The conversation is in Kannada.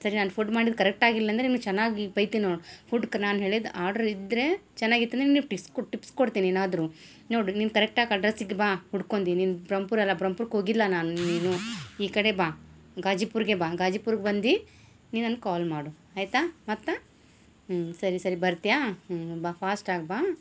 ಸರಿ ನಾನು ಫುಡ್ ಮಾಡಿದ್ದು ಕರೆಕ್ಟ್ ಆಗಿಲ್ಲಂದರೆ ನಿನಗೆ ಚೆನ್ನಾಗಿ ಬೈತೀನಿ ನೋಡು ಫುಡ್ ನಾನು ಹೇಳಿದ ಆರ್ಡ್ರ್ ಇದ್ದರೆ ಚೆನ್ನಾಗಿತ್ತು ಟಿಪ್ಸ್ ಕೊಡ್ತೀನಿ ಏನಾದರೂ ನೋಡು ನೀನು ಕರೆಕ್ಟಾಗಿ ಅಡ್ರಸಿಗೆ ಬಾ ಹುಡ್ಕೊಂಡಿ ನಿನ್ನ ಬ್ರಮ್ಪುರ ಅಲ್ಲ ಬ್ರಮ್ಪುರ್ಕ್ಕೆ ಹೋಗಿಲ್ಲ ನಾನು ನೀನು ಈ ಕಡೆ ಬಾ ಗಾಜಿಪುರ್ಗೆ ಬಾ ಗಾಜಿಪುರ್ಗೆ ಬಂದು ನೀ ನನ್ಗೆ ಕಾಲ್ ಮಾಡು ಆಯಿತಾ ಮತ್ತು ಹ್ಞೂ ಸರಿ ಸರಿ ಬರ್ತಿಯಾ ಹ್ಞೂ ಬಾ ಫಾಸ್ಟಾಗಿ ಬಾ